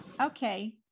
Okay